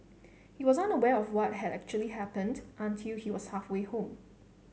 he was unaware of what had actually happened until he was halfway home